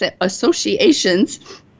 associations